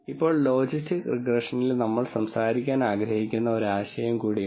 ഇപ്പോൾ ലോജിസ്റ്റിക് റിഗ്രഷനിൽ നമ്മൾ സംസാരിക്കാൻ ആഗ്രഹിക്കുന്ന ഒരു ആശയം കൂടിയുണ്ട്